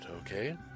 okay